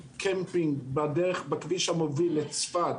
בכביש המוביל לצפת